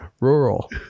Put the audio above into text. Rural